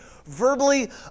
verbally